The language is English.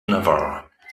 navarre